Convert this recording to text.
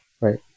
right